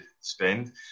spend